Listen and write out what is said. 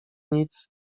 nic